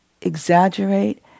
exaggerate